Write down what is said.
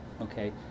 Okay